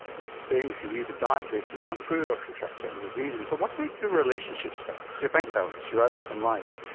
it's the same if you eat a diet based on junk food or contract certain diseases, but what about your relationship status, your bank balance, your outlook on life?